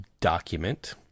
document